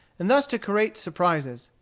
and thus to create surprises.